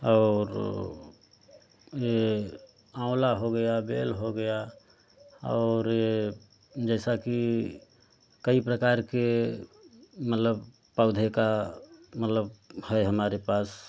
और यह आंवला हो गया बेल हो गया और यह जैसा कि कई प्रकार के मतलब पौधे का मतलब है हमारे पास